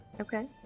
Okay